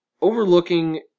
overlooking